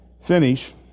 finish